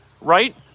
Right